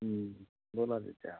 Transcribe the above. ব'লা তেতিয়া